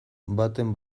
baten